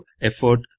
effort